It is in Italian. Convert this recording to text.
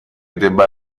debba